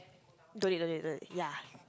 don't need don't need don't need ya